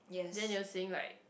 than they sing like